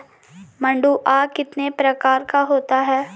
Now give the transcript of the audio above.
मंडुआ कितने प्रकार का होता है?